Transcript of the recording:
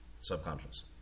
subconscious